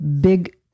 big